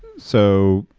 so,